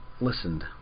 listened